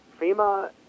FEMA